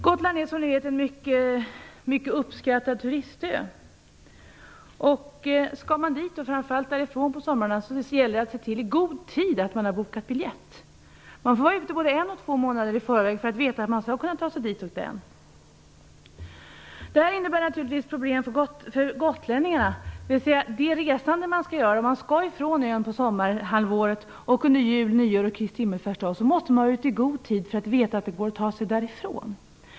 Gotland är som bekant en mycket uppskattad turistö, och för den som skall ta sig dit och framför allt därifrån på somrarna gäller det att i god tid boka biljett. Man måste vara ute en eller två månader i förväg för att veta att man skall kunna ta sig dit. Detta innebär naturligtvis problem för gotlänningarna. Om man skall resa från ön under sommarhalvåret, under julen, vid nyåret eller på Kristi Himmelsfärdsdag, måste man vara ute i god tid för att veta att man kan ta sig därifrån.